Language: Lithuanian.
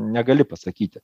negali pasakyti